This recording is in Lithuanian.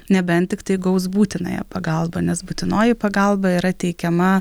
nebent tiktai gaus būtinąją pagalbą nes būtinoji pagalba yra teikiama